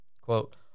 Quote